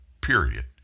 period